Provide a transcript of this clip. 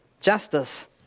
justice